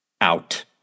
out